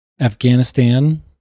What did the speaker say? Afghanistan